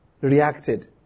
reacted